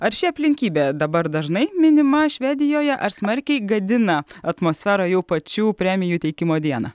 ar ši aplinkybė dabar dažnai minima švedijoje ar smarkiai gadina atmosferą jau pačių premijų teikimo dieną